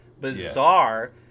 bizarre